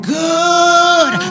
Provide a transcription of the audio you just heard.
good